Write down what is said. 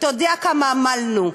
אתה יודע כמה עמלנו,